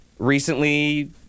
Recently